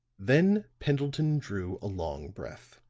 then pendleton drew a long breath.